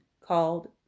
called